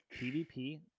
PvP